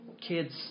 kids